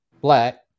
black